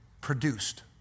produced